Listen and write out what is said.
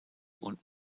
und